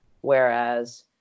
Whereas